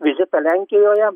vizitą lenkijoje